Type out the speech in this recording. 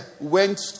went